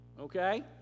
okay